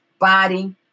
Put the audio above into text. body